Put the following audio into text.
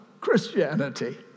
Christianity